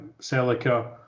Celica